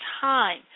time